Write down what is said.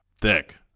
thick